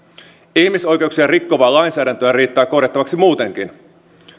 ihmisoikeuksia rikkovaa lainsäädäntöä riittää korjattavaksi muutenkin